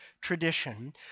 tradition